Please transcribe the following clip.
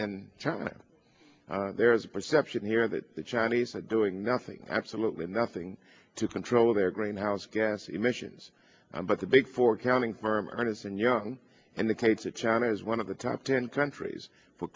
of time and there is a perception here that the chinese are doing nothing absolutely nothing to control their greenhouse gas emissions but the big four accounting firm ernst and young in the case of china is one of the top ten countries for